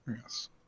Yes